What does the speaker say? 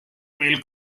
meil